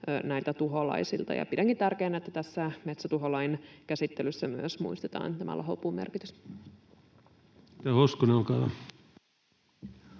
näiltä tuholaisilta. Pidänkin tärkeänä, että tässä metsätuholain käsittelyssä myös muistetaan tämä lahopuun merkitys.